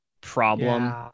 problem